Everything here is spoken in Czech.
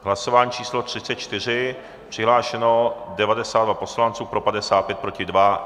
Hlasování číslo 34, přihlášeno 92 poslanců, pro 55, proti 2.